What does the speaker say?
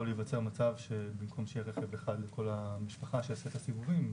להיווצר מצב שבמקום שיהיה רכב אחד לכל המשפחה שיעשה את כל הסיבובים,